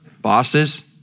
bosses